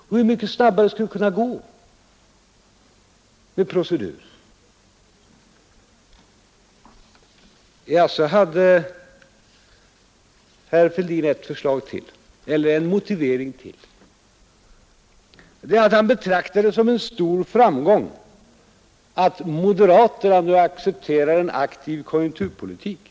Och hur mycket snabbare skulle det kunna gå med proceduren? Så hade herr Fälldin ytterligare en motivering, nämligen att det är en stor framgång att moderaterna nu accepterar en aktiv konjunkturpolitik.